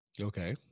Okay